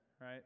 right